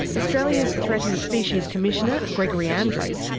australia's threatened species commissioner, gregory andrews,